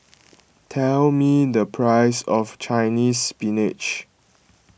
tell me the price of Chinese Spinach